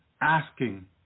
asking